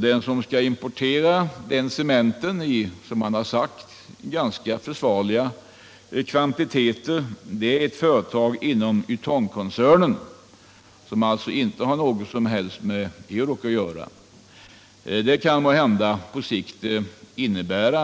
De som skall importera den cementen i, som man har sagt, ganska försvarliga kvantiteter är ett företag inom Ytongkoncernen — som alltså inte har någonting med Euroc att göra. Detta kan måhända på sikt innebära